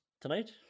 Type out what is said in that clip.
tonight